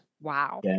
Wow